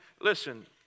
Listen